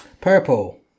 Purple